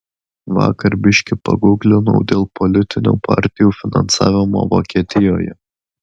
vakar biški pagūglinau dėl politinių partijų finansavimo vokietijoje